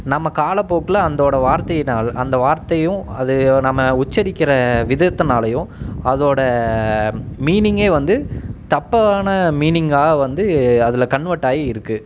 நம்ம காலப்போக்கில் அந்தோட வார்த்தையினால் அந்த வார்த்தையும் அது நம்ம உச்சரிக்கிற விதத்துனாலையும் அதோடய மீனிங்கே வந்து தப்பான மீனிங்காக வந்து அதில் கன்வெர்ட் ஆகி இருக்குது